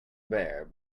bear